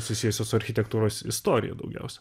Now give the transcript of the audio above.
susijusio su architektūros istorija daugiausia